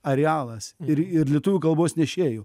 arealas ir ir lietuvių kalbos nešėjų